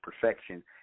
perfection